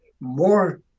more